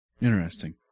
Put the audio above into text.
Interesting